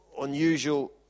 unusual